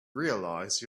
realize